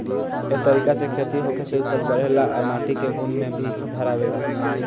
ए तरीका से खेती होखे से उपज बढ़ेला आ माटी के गुण में भी सुधार आवेला